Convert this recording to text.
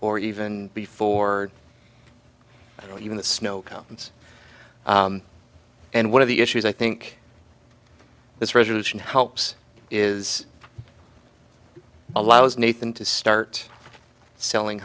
or even before even the snow comes and one of the issues i think this resolution helps is allows nathan to start selling